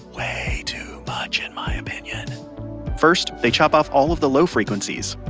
way too much in my opinion first, they chop off all of the low frequencies.